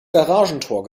garagentor